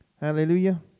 Hallelujah